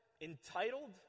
entitled